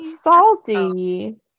salty